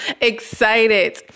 excited